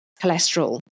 cholesterol